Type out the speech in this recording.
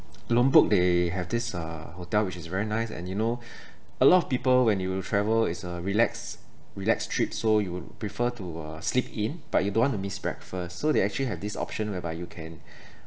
lombok they have this uh hotel which is very nice and you know a lot of people when you travel it's a relax relax trip so you would prefer to uh sleep in but you don't want to miss breakfast so they actually have this option whereby you can